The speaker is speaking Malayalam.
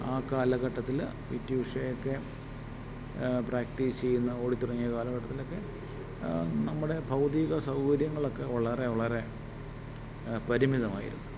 ആ കാലഘട്ടത്തിൽ പി ടി ഉഷയൊക്കെ പ്രാക്ടീസ് ചെയ്യുന്ന ഓടി തുടങ്ങിയ കാലഘട്ടത്തിലൊക്കെ നമ്മുടെ ഭൗതിക സൗകര്യങ്ങളൊക്കെ വളരെ വളരെ പരിമിതമായിരുന്നു